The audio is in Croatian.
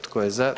Tko je za?